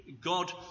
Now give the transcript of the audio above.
God